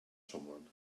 someone